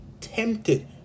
tempted